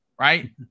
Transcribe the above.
right